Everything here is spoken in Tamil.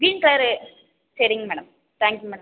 கிரீன் கலரு சரிங்க மேடம் தேங்க் யூ மேடம்